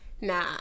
Nah